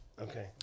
Okay